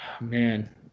Man